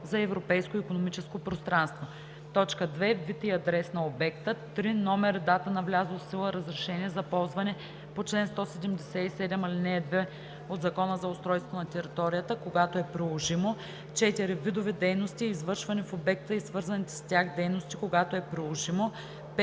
за Европейското икономическо пространство; 2. вид и адрес на обекта; 3. номер и дата на влязло в сила разрешение за ползване по чл. 177, ал. 2 от Закона за устройство на територията – когато е приложимо; 4. видове дейности, извършвани в обекта и свързаните с тях дейности – когато е приложимо;